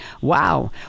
Wow